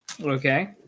Okay